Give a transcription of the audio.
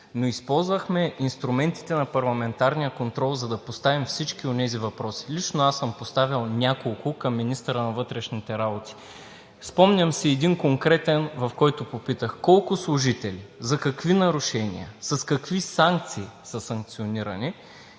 но използвахме инструментите на парламентарния контрол, за да поставим всички онези въпроси. Лично аз съм поставял няколко към министъра на вътрешните работи. Спомням си един конкретен, в който попитах: колко служители, за какви нарушения, с какви санкции са санкционирани,